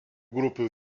grupių